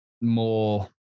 more